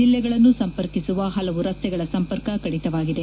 ಜಿಲ್ಲೆಗಳನ್ನು ಸಂಪರ್ಕಿಸುವ ಹಲವು ರಸ್ತೆಗಳ ಸಂಪರ್ಕ ಕಡಿತವಾಗಿದೆ